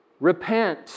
Repent